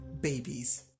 babies